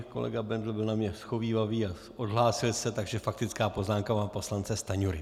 Kolega Bendl byl ke mně shovívavý a odhlásil se, takže faktická poznámka pana poslance Stanjury.